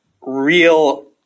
real